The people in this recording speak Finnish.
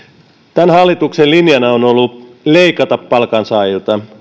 tämän hallituksen linjana on ollut leikata palkansaajilta